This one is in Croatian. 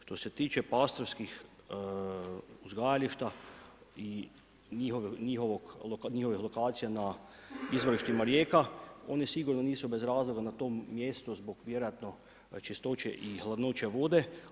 Što se tiče plastronskih uzgajališta i njihove lokacija na izvorištima rijeka, one sigurno nisu bez razloga na tom mjestu, zbog vjerojatno čistoće i hladnoće vode.